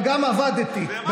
גם צעקתי אבל גם עבדתי.